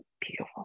beautiful